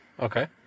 Okay